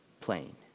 plane